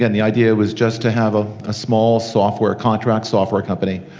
and the idea was just to have a ah small software, contract software company.